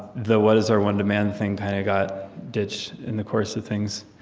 the what is our one demand? thing kind of got ditched in the course of things.